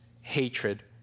hatred